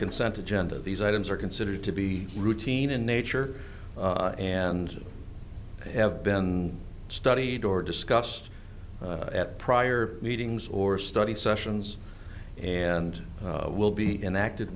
consent agenda these items are considered to be routine in nature and have been studied or discussed at prior meetings or study sessions and will be enacted